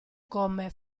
come